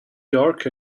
york